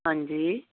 ਹਾਂਜੀ